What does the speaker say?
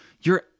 You're